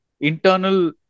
internal